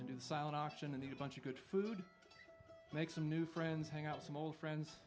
and a bunch of good food make some new friends hang out some old friends